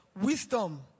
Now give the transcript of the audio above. wisdom